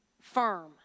firm